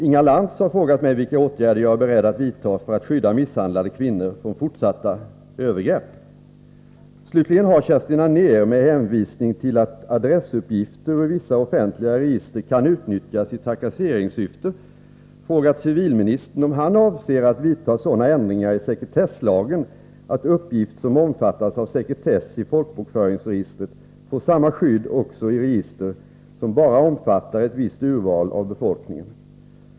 Inga Lantz har frågat mig vilka åtgärder jag är beredd att vidta för att skydda misshandlade kvinnor från fortsatta övergrepp. Slutligen har Kerstin Anér — med hänvisning till att adressuppgifter ur vissa offentliga register kan utnyttjas i trakasseringssyfte — frågat civilministern om han avser att vidta sådana ändringar i sekretesslagen, att uppgift som omfattas av sekretess i folkbokföringsregistret får samma skydd också i register som bara omfattar ett visst urval av befolkningen.